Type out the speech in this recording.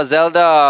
Zelda